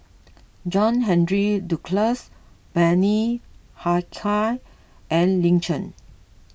John Henry Duclos Bani Haykal and Lin Chen